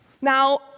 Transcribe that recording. Now